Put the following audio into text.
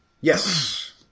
Yes